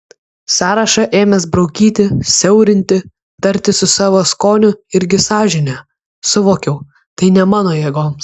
sąrašą ėmęs braukyti siaurinti tartis su savo skoniu irgi sąžine suvokiau tai ne mano jėgoms